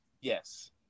Yes